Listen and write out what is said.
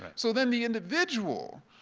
so then the individual,